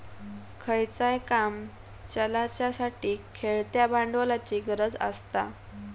खयचाय काम चलाच्यासाठी खेळत्या भांडवलाची गरज आसता